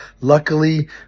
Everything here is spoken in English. luckily